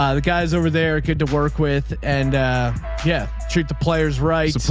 ah the guys over there could to work with and yeah. treat the players right.